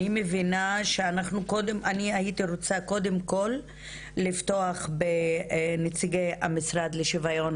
אני הייתי רוצה קודם כל לפתוח בנציגי המשרד לשיוויון